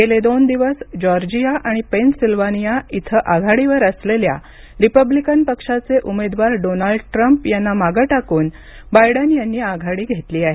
गेले दोन दिवस जॉर्जिया आणि पेनसिल्वानिया इथं आघाडीवर असलेल्या रिपब्लिकन पक्षाचे उमेदवार डोनाल्ड ट्रम्प यांना मागं टाकून बायडन यांनी आघाडी घेतली आहे